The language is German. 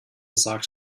sagt